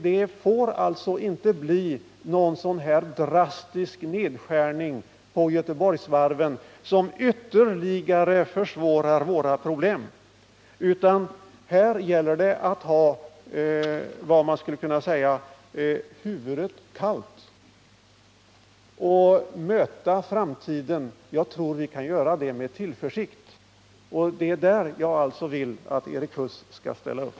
Det får alltså inte bli någon drastisk nedskärning av Göteborgsvarven som ytterligare försvårar våra problem. Det gäller i stället att hålla huvudet kallt i detta läge. Jag tror att vi kan möta framtiden med tillförsikt, och det är för detta som jag vill att Erik Huss skall ställa upp.